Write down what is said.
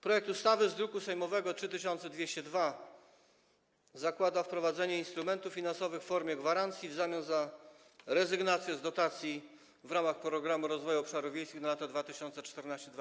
Projekt ustawy z druku sejmowego nr 3202 zakłada wprowadzenie instrumentów finansowych w formie gwarancji w zamian za rezygnację z dotacji w ramach Programu Rozwoju Obszarów Wiejskich na lata 2014–2020.